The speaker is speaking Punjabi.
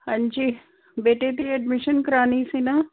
ਹਾਂਜੀ ਬੇਟੇ ਦੀ ਐਡਮਿਸ਼ਨ ਕਰਵਾਉਣੀ ਸੀ ਨਾ